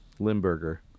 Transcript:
Limburger